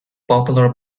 popular